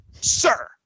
sir